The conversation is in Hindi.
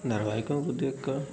धरावाहिकों को देखकर